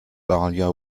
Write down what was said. dahlia